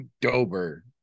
dober